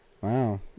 Wow